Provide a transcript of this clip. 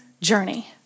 journey